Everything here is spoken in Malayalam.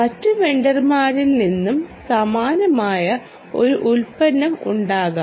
മറ്റ് വെണ്ടർമാരിൽ നിന്ന് സമാനമായ ഒരു ഉൽപ്പന്നം ഉണ്ടാകാം